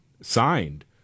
signed